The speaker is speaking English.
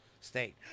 State